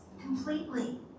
completely